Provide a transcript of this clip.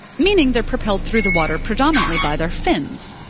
meaning they're propelled through the water predominantly by their fins.